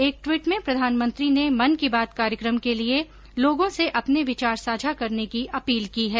एक ट्वीट में प्रधानमंत्री ने मन की बात कार्यक्रम के लिए लोगों से अपने विचार साझा करने की अपील की है